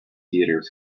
theatre